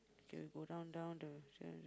if you go down down the